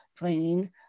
training